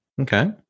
Okay